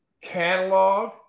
catalog